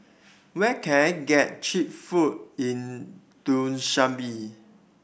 where can I get cheap food in Dushanbe